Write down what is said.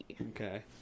Okay